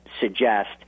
suggest